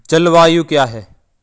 जलवायु क्या है?